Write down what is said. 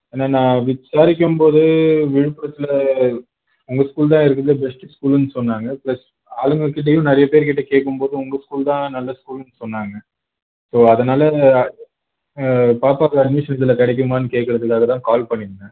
ஏன்னா நான் விசாரிக்கும்போது விழுப்புரத்தில் உங்கள் ஸ்கூல் தான் இருக்குறதுலே பெஸ்ட்டு ஸ்கூலுன்னு சொன்னாங்க ப்ளஸ் ஆளுங்கள்கிட்டயும் நிறைய பேருக்கிட்ட கேட்கும்போது உங்கள் ஸ்கூல் தான் நல்ல ஸ்கூலுன்னு சொன்னாங்க ஸோ அதனால் பாப்பாக்கு அட்மிஷன் இதில் கிடைக்குமான்னு கேட்குறதுக்காக தான் கால் பண்ணிருந்தேன்